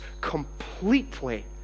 completely